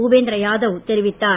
பூபேந்திர யாதவ் தெரிவித்தார்